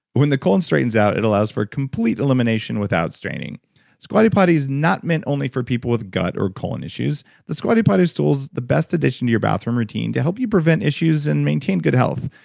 when the colon straightens out, it allows for complete elimination without straining squatty potty is not meant only for people with gut or colon issues. the squatty potty stool is the best addition to your bathroom routine to help you prevent issues and maintain good health.